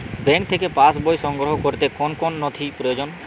Bank থেকে pass বই সংগ্রহ করতে কোন কোন নথি প্রয়োজন?